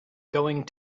going